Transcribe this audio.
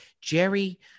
Jerry